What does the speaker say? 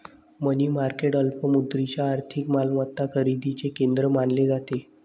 मनी market अल्प मुदतीच्या आर्थिक मालमत्ता खरेदीचे केंद्र मानले जाते